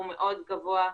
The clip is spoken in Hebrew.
הוא מאוד גבוה.